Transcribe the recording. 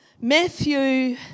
Matthew